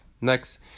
next